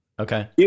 Okay